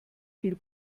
viel